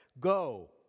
Go